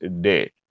day